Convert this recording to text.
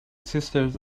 sisters